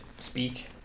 speak